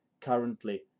currently